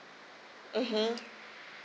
mmhmm